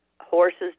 horses